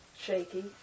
shaky